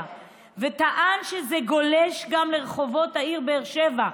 וטען שזה גולש גם לרחובות העיר באר שבע,